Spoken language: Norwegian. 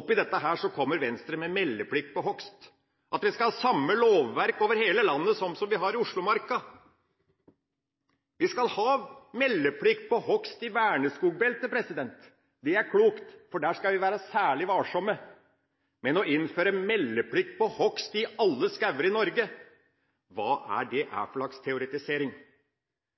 Oppi dette kommer Venstre med meldeplikt på hogst – at vi skal ha samme lovverket over hele landet som i Oslomarka. Vi skal ha meldeplikt på hogst i verneskogbeltet. Det er klokt, for der skal vi være særlig varsomme. Men å innføre meldeplikt på hogst i alle skoger i Norge – hva er det for slags teoretisering?